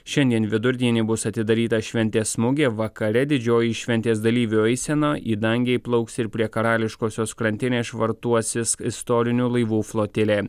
šiandien vidurdienį bus atidaryta šventės mugė vakare didžioji šventės dalyvių eisena į dangę įplauks ir prie karališkosios krantinės švartuosis istorinių laivų flotilė